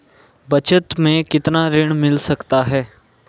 बचत मैं कितना ऋण मिल सकता है?